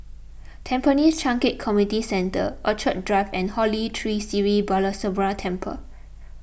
Tampines Changkat Community Centre Orchid Drive and Holy Tree Sri Balasubramaniar Temple